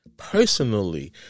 Personally